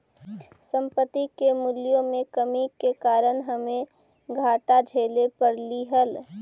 संपत्ति के मूल्यों में कमी के कारण हमे घाटा झेले पड़लइ हल